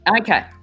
Okay